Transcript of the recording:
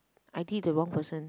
I did the wrong person